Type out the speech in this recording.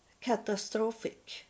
catastrophic